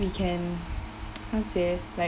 we can how say like